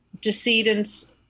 decedent's